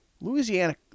Louisiana